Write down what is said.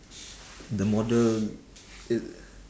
the model